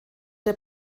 der